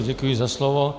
Děkuji za slovo.